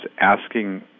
asking